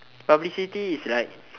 publicity is like